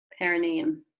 perineum